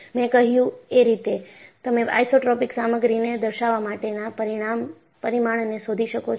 મેં કહ્યું એ રીતે તમે આઇસોટ્રોપિક સામગ્રીને દર્શાવવા માટેના પરિમાણને શોધી શકો છો